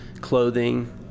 clothing